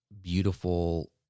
beautiful